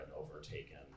overtaken